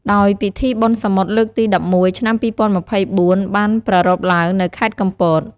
ដោយពិធីបុណ្យសមុទ្រលើកទី ១១ ឆ្នាំ២០២៤ បានប្រារព្ធឡើងនៅខេត្តកំពត។